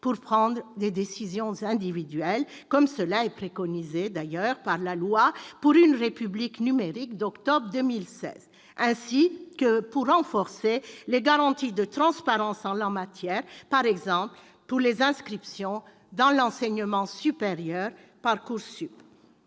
pour prendre des décisions individuelles- comme cela est préconisé dans la loi d'octobre 2016 pour une République numérique »-, ainsi que pour renforcer les garanties de transparence en la matière, par exemple pour les inscriptions dans l'enseignement supérieur- Parcoursup.